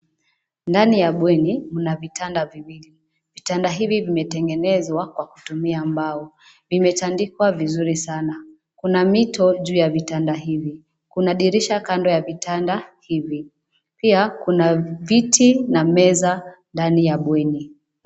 Ndani ya bweni, mna vitanda viwili. Vitanda hivi vimetengenezwa kwa kutumia mbao. Vimetandikwa vizuri sana. Kuna mito juu ya vitanda hivi. Kuna dirisha kando ya vitanda hivi. Pia, kuna viti na meza ndani ya bweni.